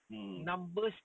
mm